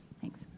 Thanks